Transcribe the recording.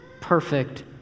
perfect